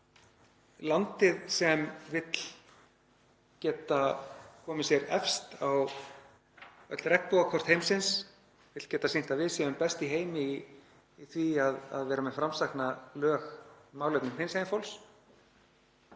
Að landið sem vill geta komið sér efst á öll regnbogakort heimsins, vill geta sýnt að við séum best í heimi í því að vera með framsækin lög í málefnum hinsegin fólks,